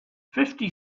fifty